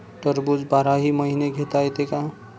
टरबूज बाराही महिने घेता येते का?